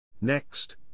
Next